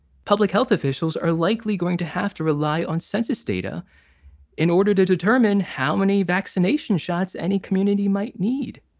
public health officials are likely going to have to rely on census data in order to determine how many vaccination shots any community might need.